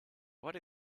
what